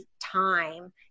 time